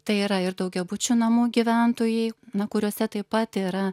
tai yra ir daugiabučių namų gyventojai na kuriuose taip pat yra